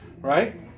right